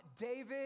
David